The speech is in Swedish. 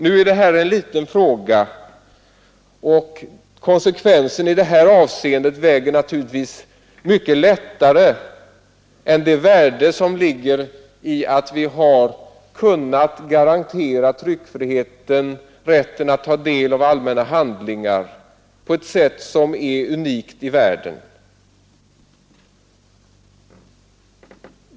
Nu är detta en liten fråga, och konsekvensen i detta avseende väger naturligtvis mycket lättare än det värde som ligger i att vi har kunnat garantera tryckfriheten och rätten att ta del av allmänna handlingar på ett sätt som är unikt i världen.